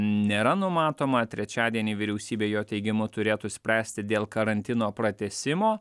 nėra numatoma trečiadienį vyriausybė jo teigimu turėtų spręsti dėl karantino pratęsimo